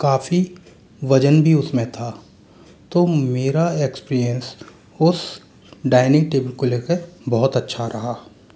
काफी वजन भी उसमें था तो मेरा एक्सपीरियंस उस डाइनिंग टेबल को लेकर बहुत अच्छा रहा